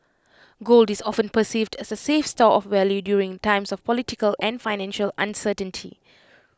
gold is often perceived as A safe store of value during times of political and financial uncertainty